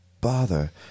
bother